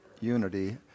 unity